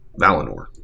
Valinor